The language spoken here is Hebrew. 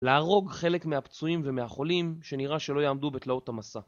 להרוג חלק מהפצועים ומהחולים שנראה שלא יעמדו בתלאות המסע.